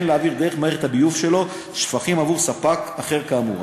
להעביר דרך מערכת הביוב שלו שפכים עבור ספק אחר כאמור.